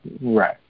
Right